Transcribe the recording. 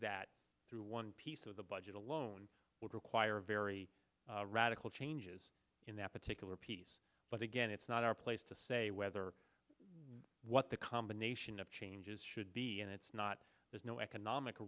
that through one piece of the budget alone would require very radical changes in that particular piece but again it's not our place to say whether what the combination of changes should be and it's not there's no economic